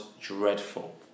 dreadful